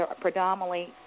predominantly